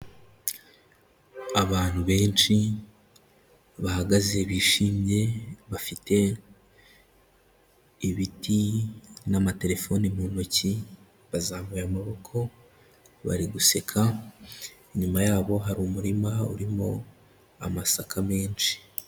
Abantu benshi bahagaze bishimye, bafite ibiti n'amatelefone mu ntoki, bazamuye amaboko bari guseka, inyuma yabo hari umurima urimo amasaka menshi.